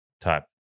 type